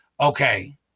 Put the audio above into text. okay